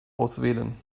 auswählen